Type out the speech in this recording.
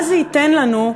מה זה ייתן לנו,